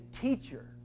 teacher